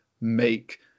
make